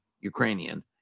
Ukrainian